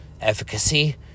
efficacy